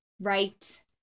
Right